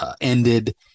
ended